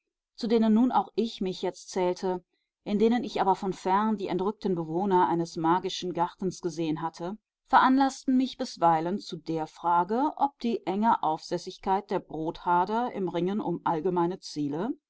zu denen nun auch ich mich jetzt zählte in denen ich aber von fern die entrückten bewohner eines magischen gartens gesehen hatte veranlaßten mich bisweilen zu der frage ob die enge aufsässigkeit der brothader im ringen um allgemeine ziele